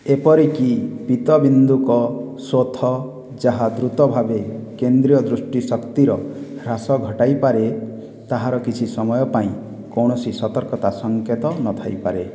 ଏପରି କି ପୀତ ବିନ୍ଦୁକ ଶୋଥ ଯାହା ଦ୍ରୁତ ଭାବେ କେନ୍ଦ୍ରୀୟ ଦୃଷ୍ଟି ଶକ୍ତିର ହ୍ରାସ ଘଟାଇପାରେ ତାହାର କିଛି ସମୟ ପାଇଁ କୌଣସି ସତର୍କତା ସଙ୍କେତ ନଥାଇପାରେ